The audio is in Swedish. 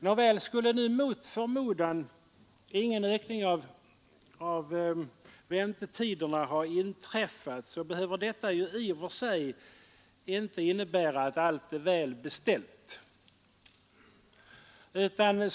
Nåväl, skulle nu mot förmodan ingen ökning av väntetiden ha inträffat, behöver detta i och för sig inte innebära att allt är väl beställt.